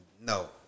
no